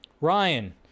Ryan